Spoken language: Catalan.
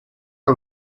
que